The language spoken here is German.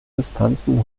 distanzen